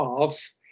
halves